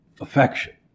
affection